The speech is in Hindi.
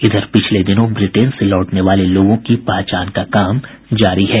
इधर पिछले दिनों ब्रिटेन से लौटने वाले लोगों की पहचान का काम जारी है